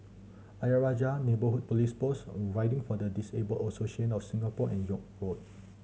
Ayer Rajah Neighbourhood Police Post Riding for the Disabled Association of Singapore and York Road